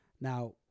now